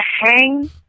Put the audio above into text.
hang